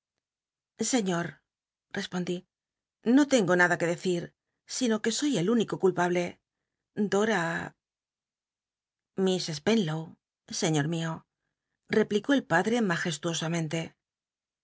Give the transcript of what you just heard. señor respondi no tengo nada que decit sino que soy el único culpable dora liiss spenlow señor mio replicó el padre majestuosamente